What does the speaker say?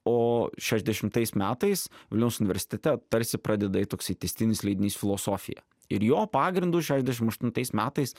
o šešdešimtais metais vilniaus universitete tarsi pradeda eit toks tęstinis leidinys filosofija ir jo pagrindu šedešim aštuntais metais